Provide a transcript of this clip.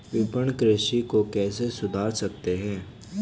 विपणन कृषि को कैसे सुधार सकते हैं?